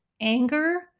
anger